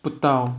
不到